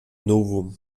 novum